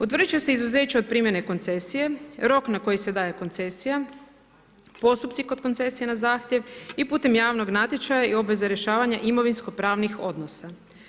Utvrđuju se izuzeće od primjene koncesije, rok na koji se daje koncesija, postupci koncesije na zahtjev i putem javnog natječaja i obveze rješavanja imovinsko pravnih odnosa.